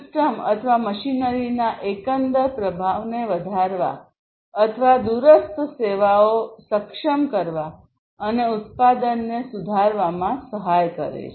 system અથવા મશીનરીના એકંદર પ્રભાવને વધારવા અથવા દૂરસ્થ સેવાઓ સક્ષમ કરવા અને ઉત્પાદનને સુધારવામાં સહાય કરે છે